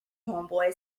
homeboy